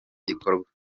gikorwa